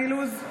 בעד דן אילוז,